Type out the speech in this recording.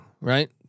right